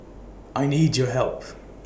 I need your help